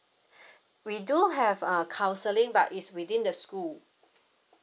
we do have uh counselling but it's within the school